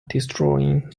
destroying